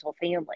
family